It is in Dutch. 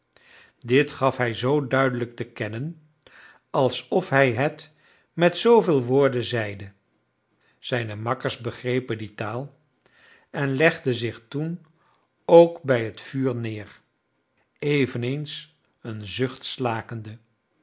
dit gaf hij zoo duidelijk te kennen alsof hij het met zoovele woorden zeide zijne makkers begrepen die taal en legden zich toen ook bij het vuur neer eveneens een zucht slakende